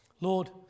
Lord